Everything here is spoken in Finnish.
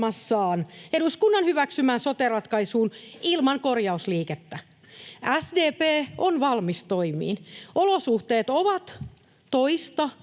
eduskunnan hyväksymään sote-ratkaisuun — ilman korjausliikettä. SDP on valmis toimiin. Olosuhteet ovat toista